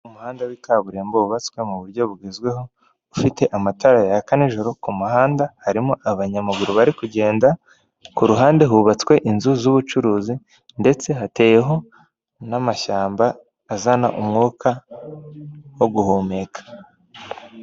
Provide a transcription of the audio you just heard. Umuhanda w'ikaburimbo wubatswe mu buryo bugezweho ufite amatara yaka nijoro kumuhanda harimo abanyamaguru bari kugenda, ku ruhande hubatswe inzu z'ubucuruzi ndetse hateyeho n'amashyamba azana umwuka wo guhumeka.